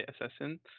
assassin